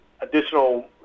additional